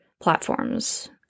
platforms